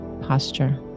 posture